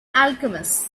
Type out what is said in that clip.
alchemist